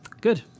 Good